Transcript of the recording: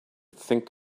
think